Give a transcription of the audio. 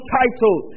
title